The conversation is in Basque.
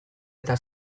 eta